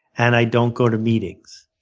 and i don't go to meetings.